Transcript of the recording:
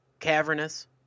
cavernous